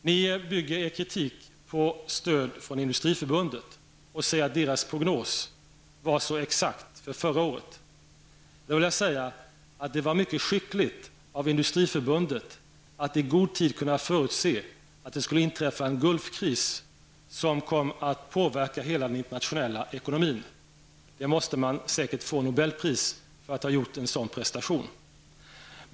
Ni bygger er kritik på stöd från Industriförbundet med motiveringen att dess prognos för förra året var så exakt. Jag vill då säga att det var mycket skickligt av Industriförbundet att i god tid kunna förutse att det skulle inträffa en Gulfkris, som kom att påverka hela den internationella ekonomin. Säkert får man nobelpriset för att ha gjort en sådan prestation.